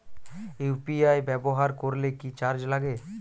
UPI ব্যবহার করলে কি চার্জ লাগে?